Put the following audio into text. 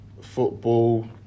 Football